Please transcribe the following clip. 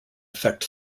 affect